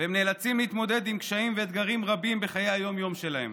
והם נאלצים להתמודד עם קשיים ואתגרים רבים בחיי היום-יום שלהם.